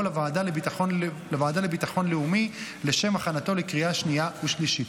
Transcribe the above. לוועדה לביטחון לאומי לשם הכנתו לקריאה שנייה ושלישית.